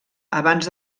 abans